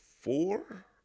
four